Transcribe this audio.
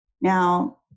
Now